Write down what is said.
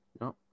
no